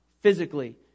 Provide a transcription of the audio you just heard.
physically